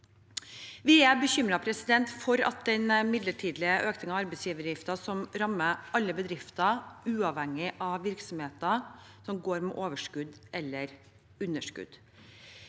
Vi er bekymret for den midlertidige økningen av arbeidsgiveravgiften, som rammer alle bedrifter uavhengig av om virksomheten går med over skudd eller underskudd.